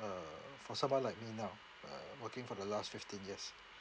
uh for someone like me now uh working for the last fifteen years